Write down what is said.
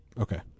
Okay